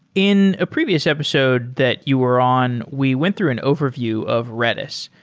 in a previous episode that you were on, we went through an overview of redis.